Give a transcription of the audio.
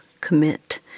commit